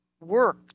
work